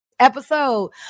Episode